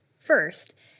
First